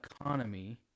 economy